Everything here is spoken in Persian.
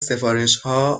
سفارشها